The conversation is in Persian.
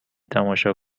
تماشا